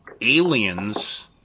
aliens